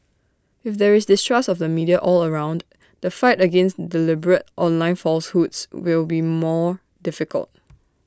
if there is distrust of the media all around the fight against deliberate online falsehoods will be more difficult